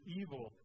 evil